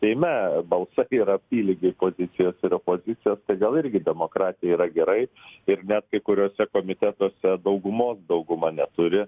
seime balsai yra apylygiai pozicijos yra pozicijos tai gal irgi demokratija yra gerai ir net kai kuriuose komitetuose daugumos dauguma neturi